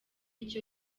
icyo